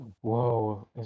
Whoa